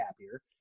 happier